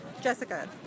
Jessica